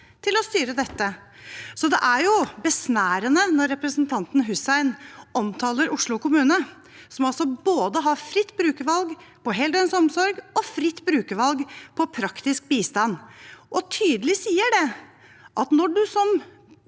til å styre dette. Det er besnærende når representanten Hussein omtaler Oslo kommune, som altså både har fritt brukervalg på heldøgns omsorg og fritt brukervalg på praktisk bistand, og tydelig sier at når man som